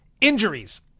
Injuries